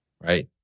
right